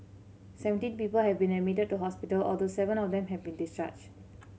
seventeen people have been admitted to hospital although seven of them have been discharged